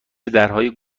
درهای